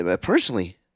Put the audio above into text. personally